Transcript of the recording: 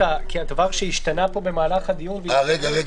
כי הדבר שהשתנה פה במהלך הדיון --- רגע.